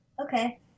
Okay